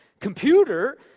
computer